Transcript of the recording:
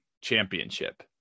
championship